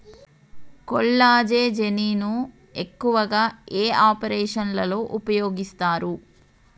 కొల్లాజెజేని ను ఎక్కువగా ఏ ఆపరేషన్లలో ఉపయోగిస్తారు?